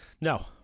no